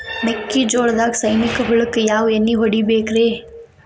ಮೆಕ್ಕಿಜೋಳದಾಗ ಸೈನಿಕ ಹುಳಕ್ಕ ಯಾವ ಎಣ್ಣಿ ಹೊಡಿಬೇಕ್ರೇ?